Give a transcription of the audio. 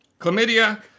Chlamydia